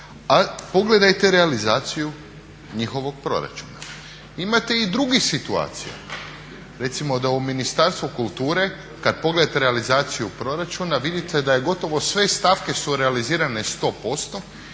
a pogledajte realizaciju njihovog proračuna. Imate i drugih situacija, recimo da u Ministarstvu kulture kada pogledate realizaciju proračuna vidite da su gotovo sve stavke su realizirane 100%,